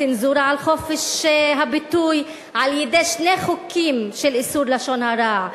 צנזורה על חופש הביטוי על-ידי שני חוקים של איסור לשון הרע,